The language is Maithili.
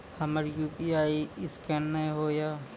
हमर यु.पी.आई ईसकेन नेय हो या?